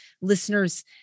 listeners